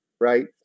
right